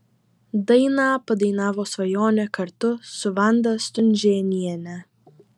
dainą padainavo svajonė kartu su vanda stunžėniene